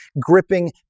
gripping